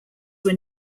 were